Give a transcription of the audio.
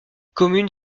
commune